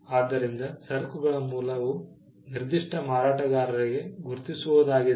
ಆದ್ದರಿಂದ ಸರಕುಗಳ ಮೂಲವು ನಿರ್ದಿಷ್ಟ ಮಾರಾಟಗಾರರಿಗೆ ಗುರುತಿಸುವುದಾಗಿದೆ